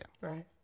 right